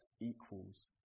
equals